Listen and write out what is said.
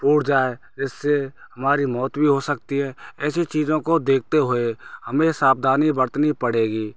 फूट जाए जिससे हमारी मौत भी हो सकती ऐसी चीज़ों को देखते हुए हमें सावधानी बरतनी पड़ेगी